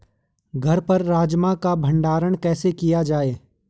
घर पर राजमा का भण्डारण कैसे किया जाय?